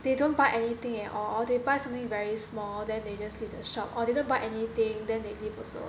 they don't buy anything at all they buy something very small then they just leave the shop or they didn't buy anything then they leave also